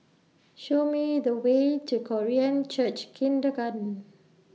Show Me The Way to Korean Church Kindergarten